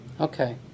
Okay